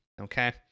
Okay